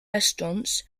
restaurants